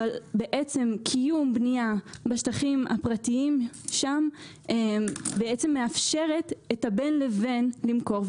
אבל בעצם קיום בנייה בשטחים הפרטיים שם מאפשר את הבין לבין למכור.